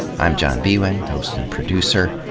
i'm john biewen, host and producer.